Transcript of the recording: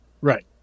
Right